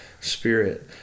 spirit